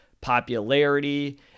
popularity